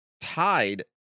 tied